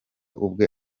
ubwe